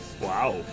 Wow